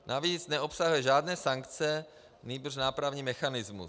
Navíc neobsahuje žádné sankce, nýbrž nápravný mechanismus.